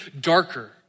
darker